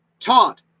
taught